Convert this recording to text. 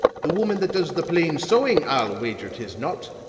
the woman that does the plain sewing? i'll wager tis not.